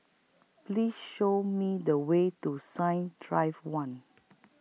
Please Show Me The Way to Science Drive one